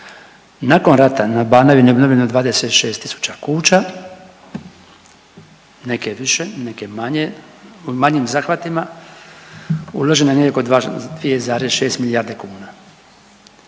Nakon rata na Banovini je obnovljeno 26 tisuća kuća, neke više, neke manje, u manjim zahvatima, uloženo je negdje oko 2,6 milijardi kuna.